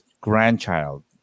grandchild